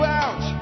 out